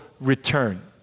return